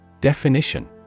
Definition